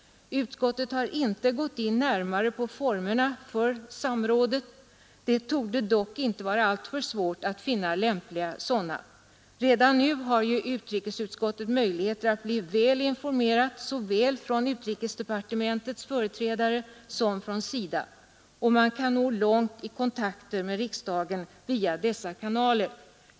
Utskottet har inte närmare gått in på formerna för samrådet. Det torde dock inte vara alltför svårt att finna lämpliga sådana. Redan nu har ju utrikesutskottet möjligheter att bli väl informerat såväl från utrikesdepartementets företrädare som från SIDA, och man kan nå långt i kontakten med riksdagen via dessa kanaler.